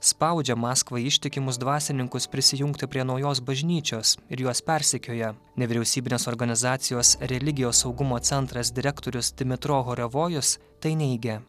spaudžia maskvai ištikimus dvasininkus prisijungti prie naujos bažnyčios ir juos persekioja nevyriausybinės organizacijos religijos saugumo centras direktorius dmitro horevojus tai neigia